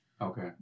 Okay